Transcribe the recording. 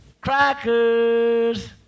Crackers